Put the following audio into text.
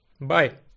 Bye